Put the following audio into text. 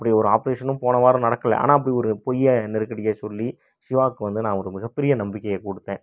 அப்படி ஒரு ஆப்ரேஷனும் போன வாரம் நடக்கலை ஆனால் அப்படி ஒரு பொய்யை நெருக்கடியை சொல்லி சிவாவுக்கு வந்து நான் ஒரு மிகப்பெரிய நம்பிக்கையை கொடுத்தேன்